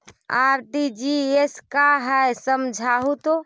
RTGS का है समझाहू तो?